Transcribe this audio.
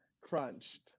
Crunched